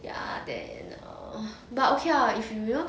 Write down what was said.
ya then err but okay lah if you you know